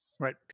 Right